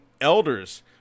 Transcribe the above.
elders